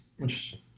Interesting